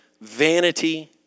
vanity